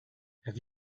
have